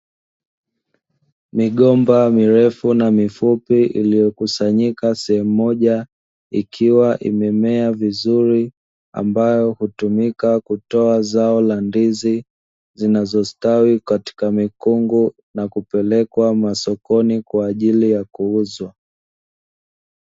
Migomba mirefu na mifupi iliyo kusanyika sehemu moja, ikiwa imemea vizuri ambayo hutumika kutoa zao la ndizi zinazostawi katika mikungu na kupelekwa masokoni kwa ajili ya kuuzwa.